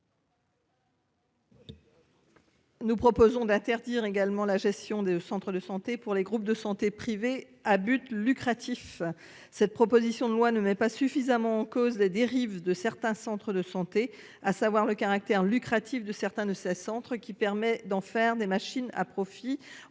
Nous proposons d'interdire également la gestion des centres de santé pour les groupes de santé privées à but lucratif. Cette proposition de loi ne met pas suffisamment en cause des dérives de certains centres de santé, à savoir le caractère lucratif de certains de ces centres qui permet d'en faire des machines à profit